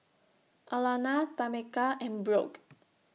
Alanna Tameka and Brooke